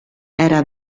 era